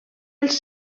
els